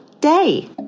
day